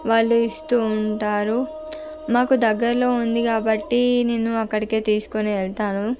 వాళ్ళు ఇస్తు ఉంటారు మాకు దగ్గరలో ఉంది కాబట్టి నేను అక్కడికి తీసుకొని వెళ్తాను